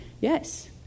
Yes